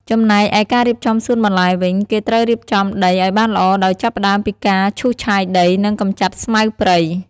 ចំណែកឯការរៀបចំសួនបន្លែវិញ គេត្រូវរៀបចំដីឱ្យបានល្អដោយចាប់ផ្តើមពីការឈូសឆាយដី និងកម្ចាត់ស្មៅព្រៃ។